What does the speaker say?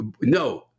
No